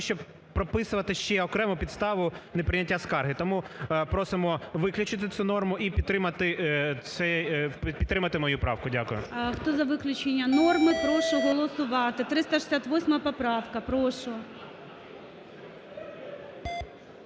прописувати ще окремо підставу неприйняття скарги. Тому просимо виключити цю норму і підтримати мою правку. Дякую. ГОЛОВУЮЧИЙ. Хто за виключення норми, прошу голосувати. 368 поправка, прошу.